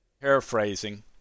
paraphrasing